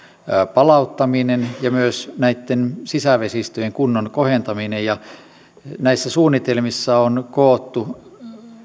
palauttaminen ja myös näitten sisävesistöjen kunnon kohentaminen näissä suunnitelmissa on koottu